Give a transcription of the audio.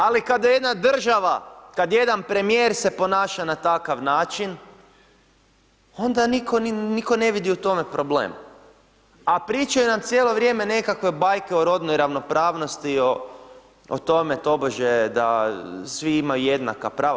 Ali kad jedna država, kad jedan premijer se ponaša na takav način onda niko ne vidi u tome problem, a pričaju nam cijelo vrijeme nekakve bajke o rodnoj ravnopravnosti o tome tobože da svi imaju jednaka prava.